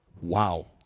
wow